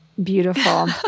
Beautiful